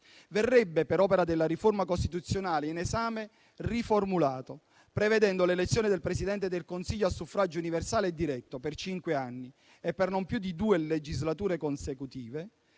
verrebbe per opera della riforma costituzionale in esame riformulato, prevedendo l'elezione del Presidente del Consiglio a suffragio universale e diretto per cinque anni e per non più di due legislature consecutive